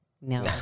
No